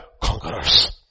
conquerors